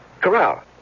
Corral